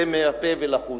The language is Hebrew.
זה מהפה ולחוץ,